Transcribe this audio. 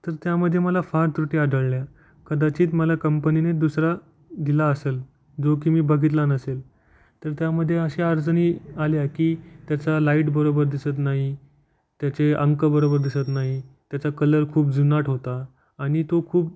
तर त्यामध्ये मला फार त्रुटी आढळल्या कदाचित मला कंपनीने दुसरा दिला असेल जो की मी बघितला नसेल तर त्यामध्ये अशा अडचणी आल्या की त्याचा लाईट बरोबर दिसत नाही त्याचे अंक बरोबर दिसत नाही त्याचा कलर खूप जुनाट होता आणि तो खूप